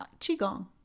Qigong